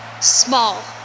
Small